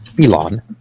elon